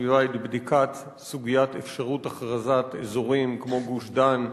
הסביבה את בדיקת סוגיית אפשרות הכרזת אזורים כמו גוש-דן,